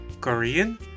Korean